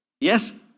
Yes